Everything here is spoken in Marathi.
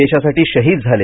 देशासाठी शहीद झाले